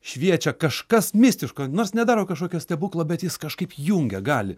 šviečia kažkas mistiško nors nedaro kažkokio stebuklo bet jis kažkaip jungia gali